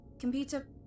Computer